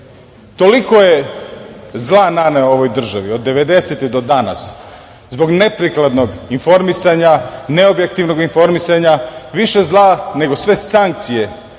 toliko je zla naneo ovoj državi od 90-ih do danas zbog neprikladnog informisanja, neobjektivnog informisanja, više zla nego sve sankcije,